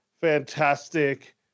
fantastic